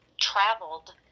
traveled